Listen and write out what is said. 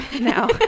now